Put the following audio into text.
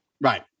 right